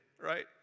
right